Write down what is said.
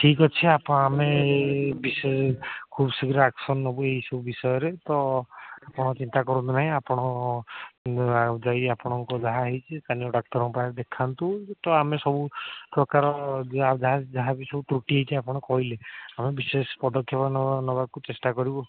ଠିକ୍ ଅଛି ଆପଣ ଆମେ ଏହି ବିଶେ ଖୁବ ଶୀଘ୍ର ଆକ୍ସନ ନେବୁ ଏହିସବୁ ବିଷୟରେ ତ ଆପଣ ଚିନ୍ତା କରନ୍ତୁ ନାହିଁ ଆପଣ ଯାଇ ଆପଣଙ୍କ ଯାହା ହେଇଛି ସ୍ଥାନୀୟ ଡାକ୍ତରଙ୍କ ପାଖରେ ଦେଖାନ୍ତୁ ତ ଆମେ ସବୁ ପ୍ରକାର ଯାହା ଆଉ ଯାହା ବି ସବୁ ତୃଟି ହେଇଛି ଆପଣ କହିଲେ ଆମେ ବିଶେଷ ପଦକ୍ଷେପ ନେବା ନେବାକୁ ଚେଷ୍ଟା କରିବୁ